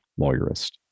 lawyerist